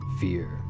Fear